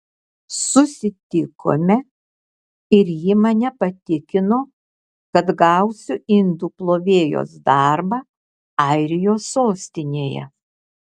susitikome ir ji mane patikino kad gausiu indų plovėjos darbą airijos sostinėje